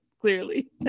clearly